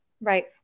right